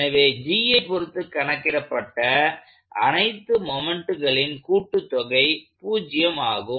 எனவே Gஐ பொருத்து கணக்கிடப்பட்ட அனைத்து மொமெண்ட்களின் கூட்டுத்தொகை 0 ஆகும்